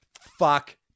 Fuck